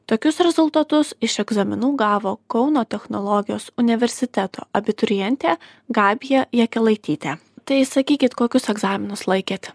tokius rezultatus iš egzaminų gavo kauno technologijos universiteto abiturientė gabija jakelaitytė tai sakykit kokius egzaminus laikėt